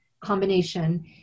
combination